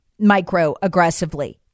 microaggressively